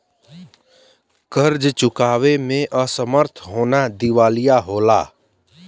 कर्ज़ चुकावे में असमर्थ होना दिवालिया होला